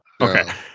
Okay